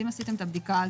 אם עשיתם את הבדיקה,